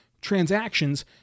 transactions